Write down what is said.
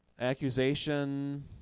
accusation